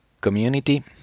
community